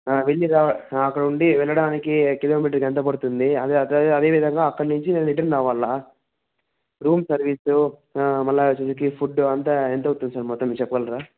వెళ్లి రా అక్కడ ఉండి వెళ్ళడానికి కిలోమీటర్కి ఎంత పడుతుంది అదే అట్లానే అదే విధంగా అక్కడనుంచి రిటర్న్ రావాలి రూము సర్వీసు మళ్ళీ వీటికి ఫుడ్డు అంతా ఎంత అవుతుంది సార్ మొత్తం చెప్పగలరా